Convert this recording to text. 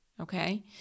okay